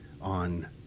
on